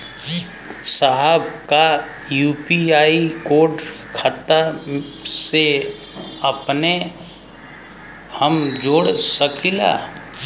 साहब का UPI code खाता से अपने हम जोड़ सकेला?